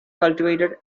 cultivated